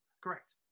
Correct